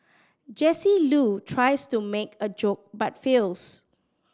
Jesse Loo tries to make a joke but fails